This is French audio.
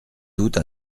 doute